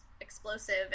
explosive